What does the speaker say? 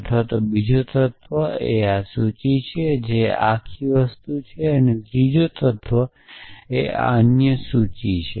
અથવા બીજો તત્વ એ આ સૂચિ છે જે આ આખી વસ્તુ છે અને ત્રીજો તત્વ એ આ અન્ય સૂચિ છે